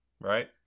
right